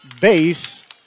base